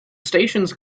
stations